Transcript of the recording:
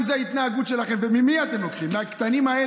אם זו ההתנהגות שלהם, וממי אתם לוקחים?